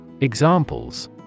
Examples